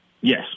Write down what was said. Yes